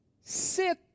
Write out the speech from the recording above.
sit